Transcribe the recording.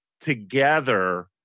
together